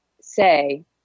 say